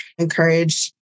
encourage